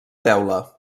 teula